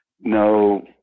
no